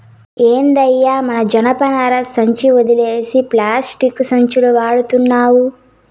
ఏందయ్యో మన జనపనార సంచి ఒదిలేసి పేస్టిక్కు సంచులు వడతండావ్